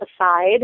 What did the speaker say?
aside